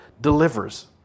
delivers